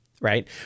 right